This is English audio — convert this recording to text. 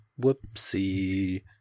Whoopsie